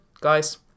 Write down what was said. guys